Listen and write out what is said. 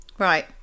Right